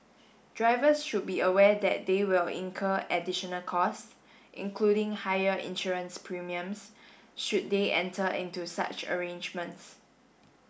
drivers should be aware that they will incur additional costs including higher insurance premiums should they enter into such arrangements